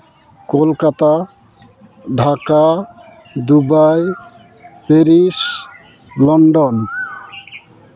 Kolkata Dhaka Dubai Paris London